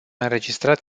înregistrat